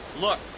Look